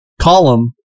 column